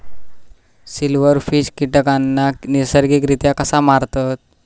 Silverfish कीटकांना नैसर्गिकरित्या कसा मारतत?